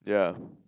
ya